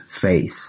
faith